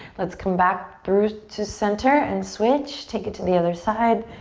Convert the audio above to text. let's come back through to center and switch. take it to the other side,